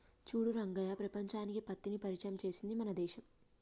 చూడు రంగయ్య ప్రపంచానికి పత్తిని పరిచయం చేసింది మన దేశం